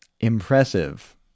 impressive